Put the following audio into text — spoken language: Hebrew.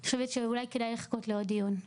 אני חושבת שאולי כדאי לחכות לעוד דיון).